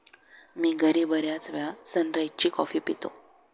मी घरी बर्याचवेळा सनराइज ची कॉफी पितो